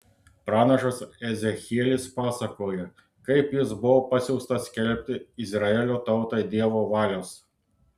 pranašas ezechielis pasakoja kaip jis buvo pasiųstas skelbti izraelio tautai dievo valios